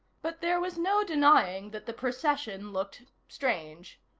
but there was no denying that the procession looked strange.